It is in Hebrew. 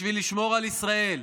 בשביל לשמור על ישראל.